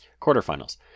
quarterfinals